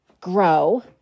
grow